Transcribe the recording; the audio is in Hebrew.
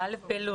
ב-א' אלול.